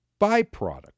byproduct